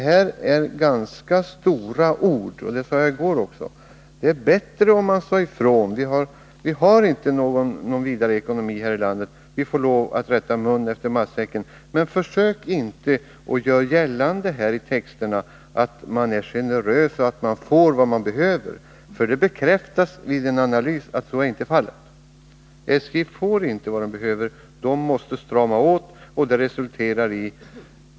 Det är ganska stora ord — det sade jag även i går. Det vore bättre om man sade ifrån att vi inte har någon vidare ekonomi här i landet och att vi får lov att rätta munnen efter matsäcken. Det vore också bra om man inte i texterna försökte göra gällande att det visas generositet och att SJ får vad företaget behöver. Vid en analys bekräftas nämligen att så inte är fallet. SJ får inte tillräckliga medel, utan måste strama åt.